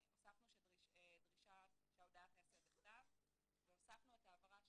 המטרה היחידה שלי להביא חוק